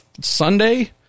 Sunday